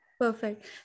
Perfect